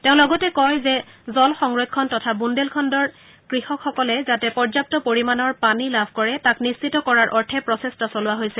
তেওঁ লগতে কয় যে জল সংৰক্ষণ তথা বুন্দেলখণ্ডৰ কৃষকসকলে যাতে পৰ্যাপ্ত পৰিমাণৰ পানী লাভ কৰে তাক নিশ্চিত কৰাৰ অৰ্থে প্ৰচেষ্টা চলোৱা হৈছে